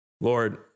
Lord